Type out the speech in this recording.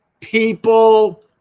people